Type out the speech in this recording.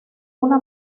una